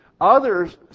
Others